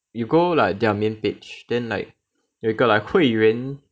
you go like their main page then like 有一个 like 会员